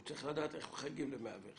הוא צריך לדעת איך מחייגים ל-101.